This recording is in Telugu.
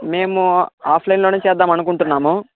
మేము ఆఫ్లైన్లోనే చేద్దామనుకుంటున్నాము